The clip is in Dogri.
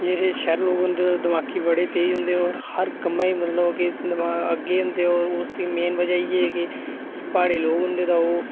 जेह्ड़े शैह्री लोक होंदे दमाकी बड़े तेज होंदे होर हर कम्मा ई मतलब कि दमा अग्गें होंदे ते उसदी मेन वजह इ'यै कि जेह्ड़े प्हाड़ी लोक होंदे तां ओह्